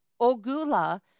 Ogula